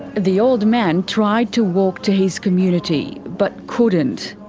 the old man tried to walk to his community, but couldn't.